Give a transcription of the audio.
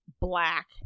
black